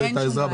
תודה רבה.